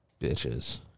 bitches